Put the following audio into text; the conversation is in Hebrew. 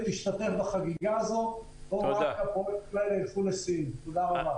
תשתתף בחגיגה הזאת או רק --- תודה רבה.